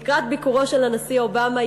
לקראת ביקורו של הנשיא אובמה,